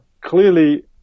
clearly